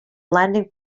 landing